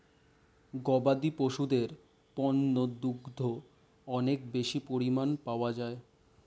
গবাদি পশুদের পণ্য দুগ্ধ অনেক বেশি পরিমাণ পাওয়া যায়